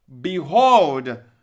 Behold